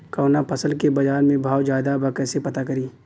कवना फसल के बाजार में भाव ज्यादा बा कैसे पता करि?